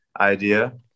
idea